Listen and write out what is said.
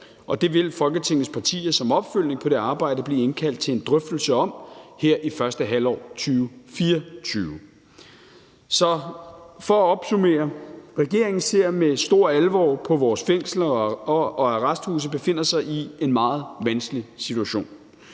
Det vil Folketingets partier som opfølgning på det arbejde blive indkaldt til en drøftelse om her i første halvår af 2024. For at opsummere vil jeg sige: Regeringen ser med stor alvor på, at vores fængsler og arresthuse befinder sig i en meget vanskelig situation.